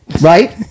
Right